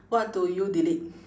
what do you delete